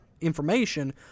information